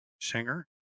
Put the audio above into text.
singer